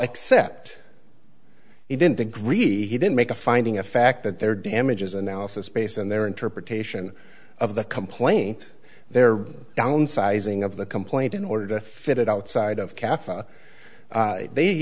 accept he didn't agree he didn't make a finding of fact that their damages analysis based on their interpretation of the complaint their downsizing of the complaint in order to fit it outside of katha they